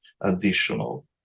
additional